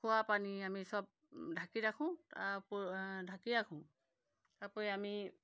খোৱাপানী আমি চব ঢাকি ৰাখোঁ তাৰ উপৰি ঢাকি ৰাখোঁ তাৰ উপৰি আমি